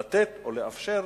לתת או לאפשר,